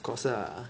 of course lah